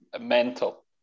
Mental